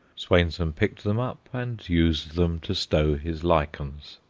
swainson picked them up, and used them to stow his lichens.